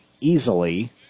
easily